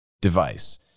device